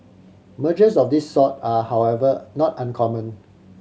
mergers of this sort are however not uncommon